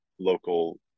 local